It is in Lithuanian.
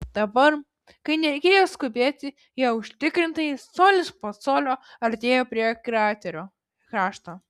dabar kai nereikėjo skubėti jie užtikrintai colis po colio artėjo prie kraterio krašto